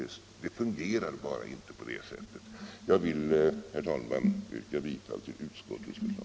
Det fungerar bara inte på det sättet. Jag vill, herr talman, yrka bifall till utskottets förslag.